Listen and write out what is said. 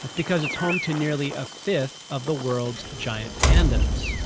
because it's home to nearly a fifth of the world's giant pandas.